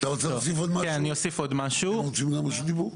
אתם רוצים גם רשות דיבור?